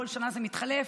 כל שנה זה מתחלף,